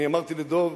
אמרתי לדב,